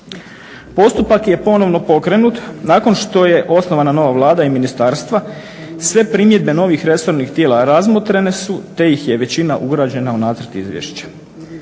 Postupak je ponovno pokrenut nakon što je osnovana nova Vlada i ministarstva. Sve primjedbe novih resornih tijela razmotrene su te ih je većina ugrađena u nacrt izvješća.